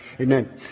Amen